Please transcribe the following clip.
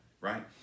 Right